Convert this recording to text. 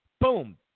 Boom